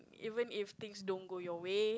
even if things don't go your way